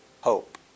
Hope